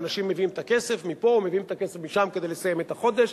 ואנשים מביאים את הכסף מפה ומביאים את הכסף משם כדי לסיים את החודש.